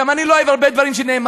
גם אני לא אוהב הרבה דברים שנאמרים,